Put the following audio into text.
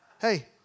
Hey